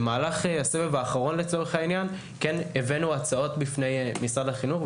במהלך הסבב האחרון הבאנו הצעות בפני משרד החינוך,